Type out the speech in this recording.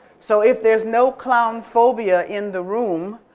so if there's no clownphobia in the room,